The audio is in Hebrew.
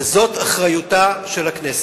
וזאת אחריותה של הכנסת.